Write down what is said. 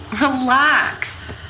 Relax